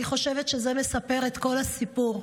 אני חושבת שזה מספר את כל הסיפור.